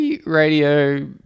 radio